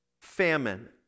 famine